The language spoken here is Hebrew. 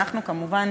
ואנחנו, כמובן,